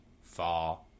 far